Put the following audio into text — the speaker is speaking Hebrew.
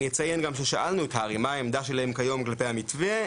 אציין גם ששאלנו את הר"י מה העמדה שלהם כיום כלפי המתווה,